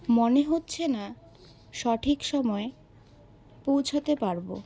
মনে হচ্ছে না সঠিক সময়ে পৌঁছাতে পারবো